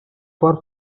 for